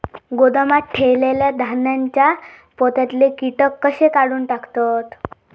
गोदामात ठेयलेल्या धान्यांच्या पोत्यातले कीटक कशे काढून टाकतत?